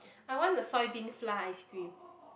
I want the soy bean flour ice cream